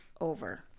over